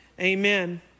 amen